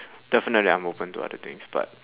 definitely I'm open to other things but